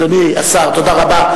אדוני השר, תודה רבה.